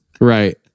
right